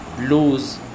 lose